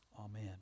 Amen